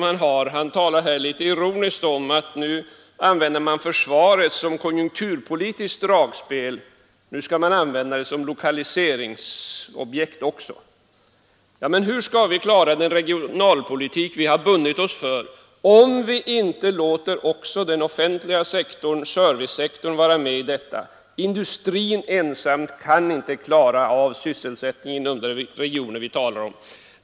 Herr Björck talar litet ironiskt om att nu använder man försvaret som konjunkturpolitisk dragspel, nu skall man använda det som lokaliseringsobjekt också. Hur skall vi kunna genomföra den regionalpolitik som vi har bundit oss för om vi inte låter också den offentliga sektorn, servicesektorn vara med. Industrin ensam kan inte klara av sysselsättningen i de regioner vi talar om.